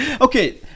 Okay